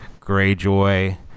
Greyjoy